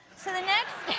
so the next